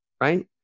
right